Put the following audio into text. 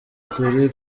kuri